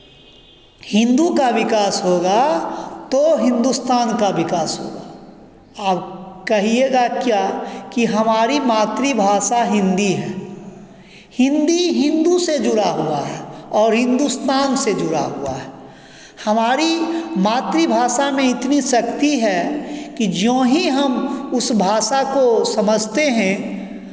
हिन्दू का विकास होगा तो हिंदुस्तान का विकास होगा अब कहिएगा क्या कि हमारी मातृभाषा हिन्दी है हिन्दी हिन्दू से जुड़ा हुआ है और हिंदुस्तान से जुड़ा हुआ है हमारी मातृभाषा में इतनी शक्ति है कि ज्यों ही हम उस भाषा को समझते हैं